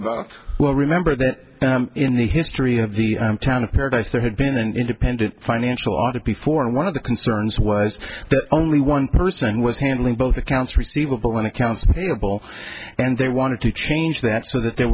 about well remember that in the history of the town of paradise there had been an independent financial order before and one of the concerns was that only one person was handling both accounts receivable and accounts payable and they wanted to change that so that there